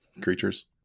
creatures